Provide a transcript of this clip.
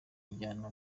injyana